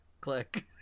click